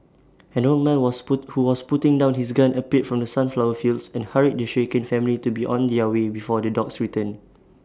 an old man was put who was putting down his gun appeared from the sunflower fields and hurried the shaken family to be on their way before the dogs return